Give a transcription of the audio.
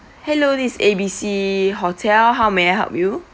hello this is A B C hotel how may I help you